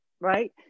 right